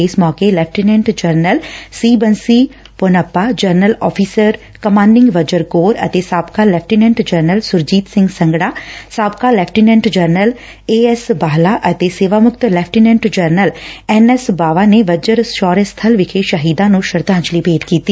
ਇਸ ਮੌਕੇ lieutenant general C Bansi Ponappa general officer commanding Vajra corps ਅਤੇ ਸਾਬਕਾ ਲੈਫਟੀਨੈਟ ਜਨਰਲ ਸਰਜੀਤ ਸਿੰਘ ਸੰਘਤਾ ਸਾਬਕਾ lieutenant general A S Bahla ਅਤੇ ਸੇਵਾ ਮੁਕਤ lieutenant general N S Bawa ਨੇ ਵਜਰ ਸ਼ੌਰਿਆ ਸਥੱਲ ਵਿਖੇ ਸ਼ਹੀਦਾਂ ਨੰ ਸ਼ਰਧਾਂਜਲੀ ਭੇਂਟ ਕੀਤੀ